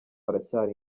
aracyari